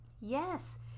Yes